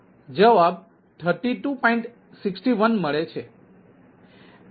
61મળે છે